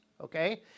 Okay